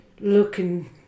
Looking